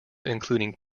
including